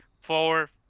four